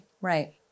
Right